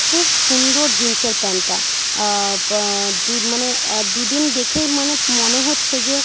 খুব সুন্দর জিনসের প্যান্টটা দু মানে দু দিন দেখেই মানে মনে হচ্ছে যে